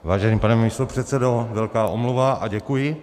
Vážený pane místopředsedo, velká omluva a děkuji.